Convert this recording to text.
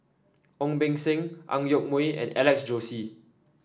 Ong Beng Seng Ang Yoke Mooi and Alex Josey